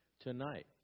tonight